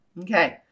Okay